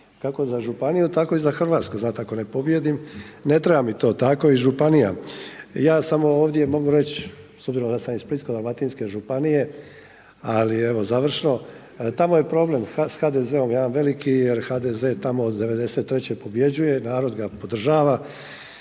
kako za županiju, tako i za Hrvatsku znate ako ne pobijedim ne treba mi to, tako i županija. Ja samo ovdje mogu reći s obzirom da sam iz Splitsko-dalmatinske županije ali evo završno, tamo je problem s HDZ-om jedan veliki je HDZ-e tamo od 93. pobjeđuje, narod ga podržava